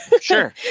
sure